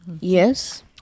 Yes